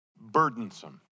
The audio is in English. burdensome